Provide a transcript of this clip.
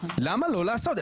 למה לא לעשות?